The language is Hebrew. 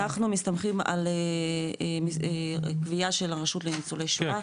אנחנו מסתמכים על קביעה של הרשות לניצולי שואה,